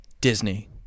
Disney